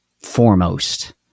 foremost